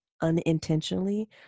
unintentionally